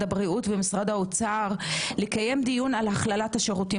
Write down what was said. הבריאות ובמשרד האוצר לקיים דיון על הכללת השירותים